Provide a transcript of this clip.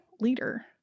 leader